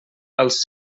els